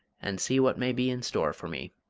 and see what may be in store for me.